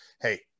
hey